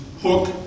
Hook